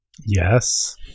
yes